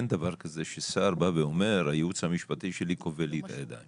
אין דבר כזה ששר בא ואומר הייעוץ המשפטי שלי כובל לי את הידיים.